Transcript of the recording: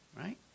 right